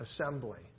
assembly